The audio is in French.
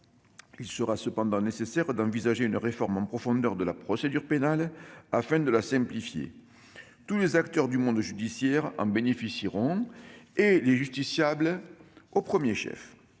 Il sera cependant nécessaire d'envisager une réforme en profondeur de la procédure pénale, afin de la simplifier. Tous les acteurs du monde judiciaire en bénéficieront, les justiciables au premier chef.